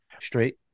straight